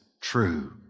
true